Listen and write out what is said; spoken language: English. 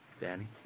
Danny